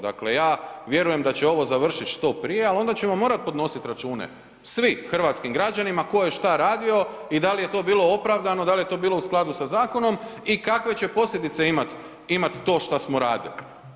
Dakle ja vjerujem da će ovo završit što prije, al onda ćemo morat podnosit račune svi hrvatskim građanima ko je šta radio i da li je to bilo opravdano, da li je to bilo u skladu sa zakonom i kakve će posljedice imat to šta smo radili.